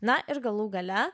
na ir galų gale